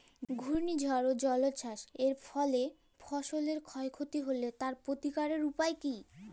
ঘূর্ণিঝড় ও জলোচ্ছ্বাস এর ফলে ফসলের ক্ষয় ক্ষতি হলে তার প্রতিকারের উপায় কী?